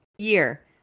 Year